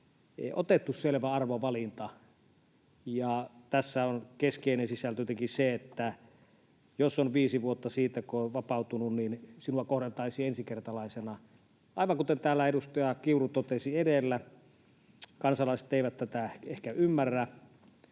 otettu selvä arvovalinta, ja tässä on keskeinen sisältö jotenkin se, että jos on viisi vuotta siitä, kun on vapautunut, niin silloin kohdeltaisiin ensikertalaisena. Aivan kuten täällä edustaja Kiuru totesi edellä, kansalaiset eivät tätä ehkä ymmärrä.